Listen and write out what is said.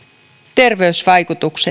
terveysvaikutusten